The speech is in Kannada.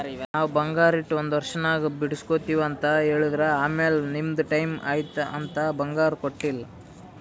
ನಾವ್ ಬಂಗಾರ ಇಟ್ಟಿ ಒಂದ್ ವರ್ಷನಾಗ್ ಬಿಡುಸ್ಗೊತ್ತಿವ್ ಅಂತ್ ಹೇಳಿದ್ರ್ ಆಮ್ಯಾಲ ನಿಮ್ದು ಟೈಮ್ ಐಯ್ತ್ ಅಂತ್ ಬಂಗಾರ ಕೊಟ್ಟೀಲ್ಲ್